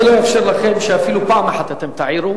אני לא אאפשר לכם אפילו פעם אחת להעיר.